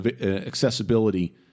accessibility